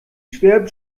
schwärmt